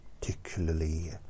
particularly